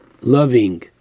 loving